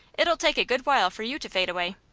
it'll take a good while for you to fade away.